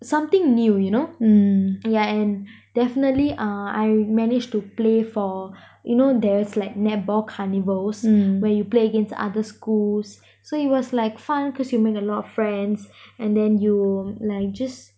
something new you know yeah and definitely ah I managed to play for you know there's like netball carnivals where you play against other schools so it was like fun cause you make a lot of friends and then you like just